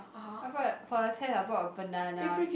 I brought a for the test I brought a banana